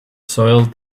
soiled